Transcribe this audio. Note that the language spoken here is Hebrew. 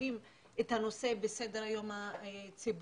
מציבים את הנושא בסדר היום הציבורי.